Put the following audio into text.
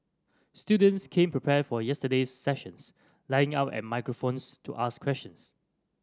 students came prepared for yesterday's sessions lining up at microphones to ask questions